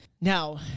Now